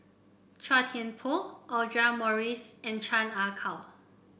Chua Thian Poh Audra Morrice and Chan Ah Kow